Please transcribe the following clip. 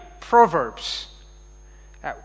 Proverbs